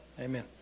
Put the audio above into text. amen